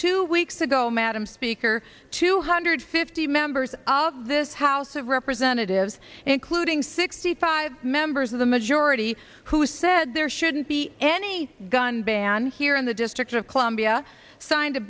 two weeks ago madam speaker two hundred fifty members of this house of representatives including sixty five members of the majority who said there shouldn't be any gun ban here in the district of columbia signed a